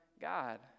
God